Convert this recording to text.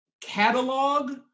catalog